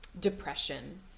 depression